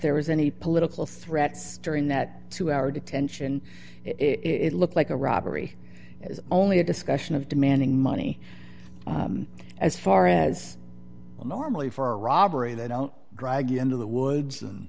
there was any political sarette staring that to our detention it looked like a robbery is only a discussion of demanding money as far as well normally for a robbery they don't drag you into the woods and